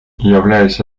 являясь